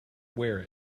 wear